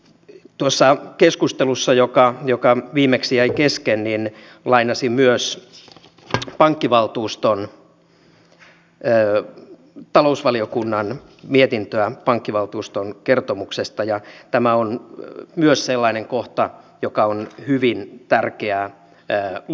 tuossa keskustelussa joka viimeksi jäi kesken lainasin myös talousvaliokunnan mietintöä pankkivaltuuston kertomuksesta ja tämä on myös sellainen kohta joka on hyvin tärkeää luettavaa